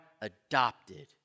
adopted